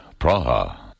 Praha